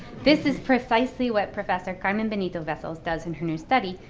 this is precisely what professor carmen benito-vessels does in her new study,